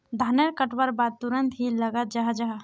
धानेर कटवार बाद तुरंत की लगा जाहा जाहा?